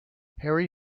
harry